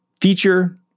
feature